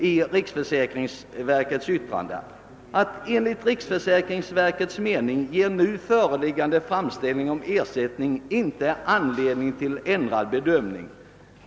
I riksförsäkringsverkets yttrande sägs: >Enligt riksförsäkringsverkets mening ger nu föreliggande framställning om ersättning inte anledning till ändrad bedömning.